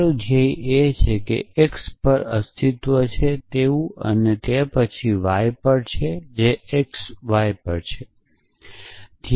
તમારું ધ્યેય એ છે કે જો x અસ્તિત્વમાં છે તો પછી y પણ છે જે x y પર છે